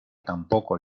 tampoco